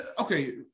Okay